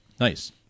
Nice